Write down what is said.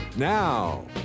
Now